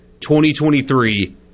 2023